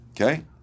Okay